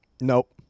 Nope